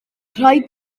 rhaid